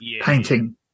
painting